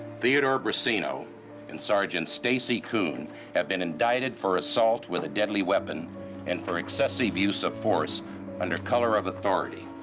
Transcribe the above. theodore briseno and sergeant stacey koon have been indicted for assault with a deadly weapon and for excessive use of force under color of authority.